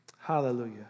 Hallelujah